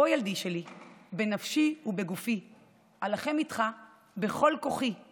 // בוא ילדי שלי / בנפשי ובגופי / אילחם איתך בכל כוחי /